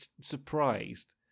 surprised